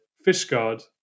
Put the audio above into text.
Fishguard